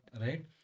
right